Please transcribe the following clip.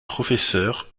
professeur